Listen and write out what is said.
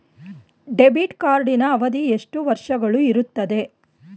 Debit ಕಾರ್ಡಿನ ಅವಧಿ ಎಷ್ಟು ವರ್ಷಗಳು ಇರುತ್ತದೆ?